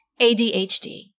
ADHD